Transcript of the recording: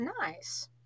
Nice